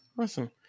Awesome